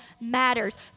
matters